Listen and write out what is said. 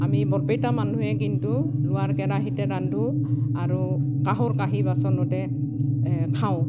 আমি বৰপেটাৰ মানুহে কিন্তু লোহাৰ কেৰাহিতে ৰান্ধোঁ আৰু কাঁহৰ কাঁহী বাচনতে এ খাওঁ